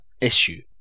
issue